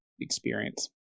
experience